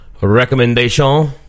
recommendation